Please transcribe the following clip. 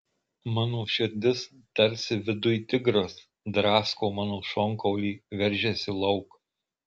mano širdis tarsi viduj tigras drasko mano šonkaulį veržiasi lauk